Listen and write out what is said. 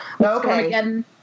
Okay